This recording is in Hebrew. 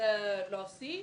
להוסיף